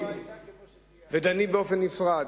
ודנים עליהם בנפרד.